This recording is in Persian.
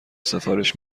سفارش